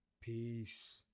Peace